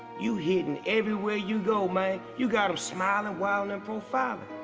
you hitting everywhere you go, man. you got em smilin, whilin', and profilin'.